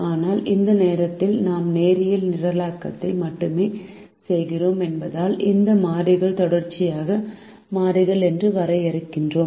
ஆனால் இந்த நேரத்தில் நாம் நேரியல் நிரலாக்கத்தை மட்டுமே செய்கிறோம் என்பதால் இந்த மாறிகள் தொடர்ச்சியான மாறிகள் என்று வரையறுக்கிறோம்